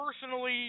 personally